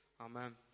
Amen